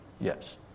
Yes